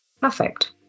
perfect